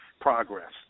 progress